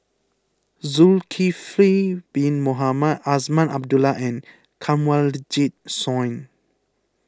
Zulkifli Bin Mohamed Azman Abdullah and Kanwaljit Soin